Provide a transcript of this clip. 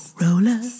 roller